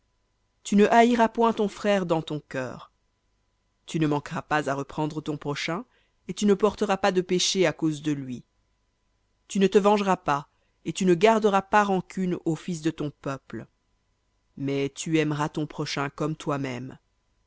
tu ne haïras point ton frère dans ton cœur tu ne manqueras pas à reprendre ton prochain et tu ne porteras pas de péché à cause de lui tu ne te vengeras pas et tu ne garderas pas rancune aux fils de ton peuple mais tu aimeras ton prochain comme toi-même